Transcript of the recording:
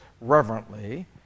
reverently